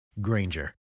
Granger